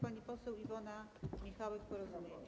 Pani poseł Iwona Michałek, Porozumienie.